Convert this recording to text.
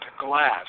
glass